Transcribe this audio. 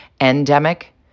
endemic